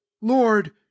lord